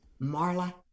marla